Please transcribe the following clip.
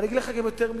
ואני אגיד לכם יותר מזה,